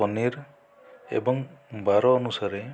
ପନିର ଏବଂ ବାର ଅନୁସାରେ